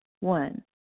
One